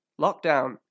Lockdown